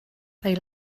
they